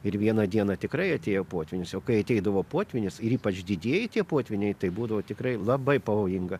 ir vieną dieną tikrai atėjo potvynis jau kai ateidavo potvynis ir ypač didieji tie potvyniai tai būdavo tikrai labai pavojinga